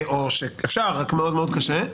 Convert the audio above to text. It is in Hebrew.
או שאפשר רק מאוד מאוד קשה,